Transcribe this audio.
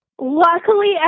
luckily